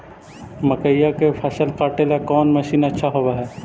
मकइया के फसल काटेला कौन मशीन अच्छा होव हई?